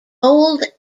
old